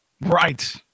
Right